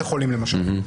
למישהו,